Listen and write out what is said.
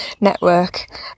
network